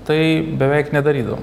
tai beveik nedarydavom